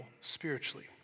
spiritually